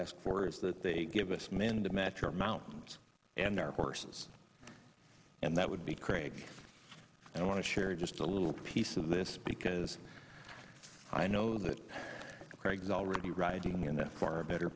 ask for is that they give us men to match our mountains and our horses and that would be craig and i want to share just a little piece of this because i know that craig's already riding in that far better